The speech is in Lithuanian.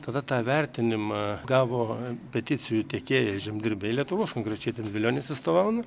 tada tą vertinimą gavo peticijų tiekėjai žemdirbiai lietuvos konkrečiai ten vilionis atstovauna